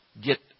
get